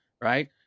right